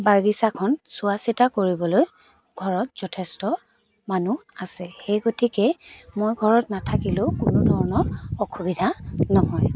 বাগিচাখন চোৱা চিতা কৰিবলৈ ঘৰত যথেষ্ট মানুহ আছে সেই গতিকে মই ঘৰত নাথাকিলেও কোনো ধৰণৰ অসুবিধা নহয়